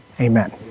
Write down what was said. Amen